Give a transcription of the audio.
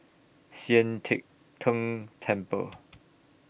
Sian Teck Tng Temple